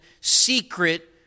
secret